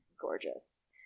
gorgeous